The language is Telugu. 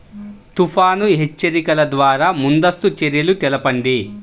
తుఫాను హెచ్చరికల ద్వార ముందస్తు చర్యలు తెలపండి?